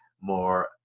more